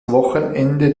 wochenende